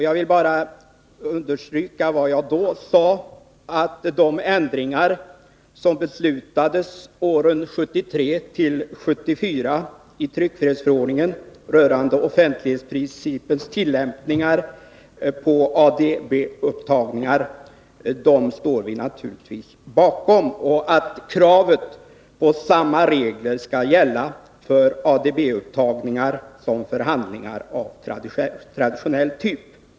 Jag vill bara understryka vad jag då sade, att vi naturligtvis står bakom de ändringar i tryckfrihetsförordningen rörande offentlighetsprincipens tilllämpningar på ADB-upptagningar som beslutades åren 1973-1974. Det gäller också kravet på att samma regler skall gälla för ADB-upptagningar som för handlingar av traditionell typ.